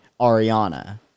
Ariana